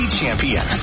champion